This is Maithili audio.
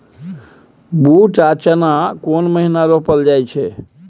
बूट आ चना केना महिना रोपल जाय छै?